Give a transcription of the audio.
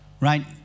right